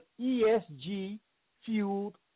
ESG-fueled